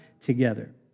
together